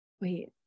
Wait